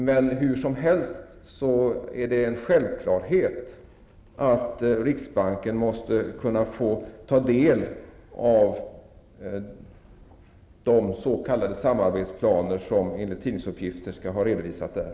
Det är hur som helst en självklarhet att riksbanken måste kunna få ta del av de s.k. samarbetsplaner som enligt tidningsuppgifter skall ha redovisats.